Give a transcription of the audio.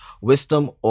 Wisdom